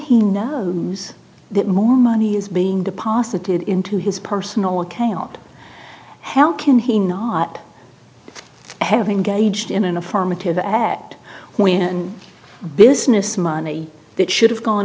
he now who's more money is being deposited into his personal account hell can he not having gauged in an affirmative act when business money that should have gone